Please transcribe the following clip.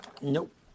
Nope